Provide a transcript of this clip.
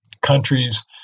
countries